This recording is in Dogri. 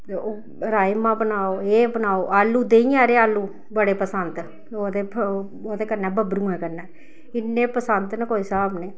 ते ओह् राजमांह् बनाओ एह् बनाओ आलू देहीं आह्ले आलू बड़े पसंद ओह्दे फ ओह्दे कन्नै बब्बरुएं कन्नै इन्ने पसंद न कोई स्हाब निं